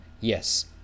yes